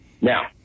Now